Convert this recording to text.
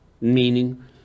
meaning